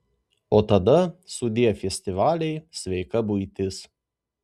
o tada sudie festivaliai sveika buitis